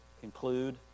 conclude